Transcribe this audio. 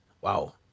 wow